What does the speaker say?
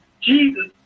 Jesus